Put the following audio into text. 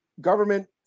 government